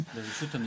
לרשות המיסים.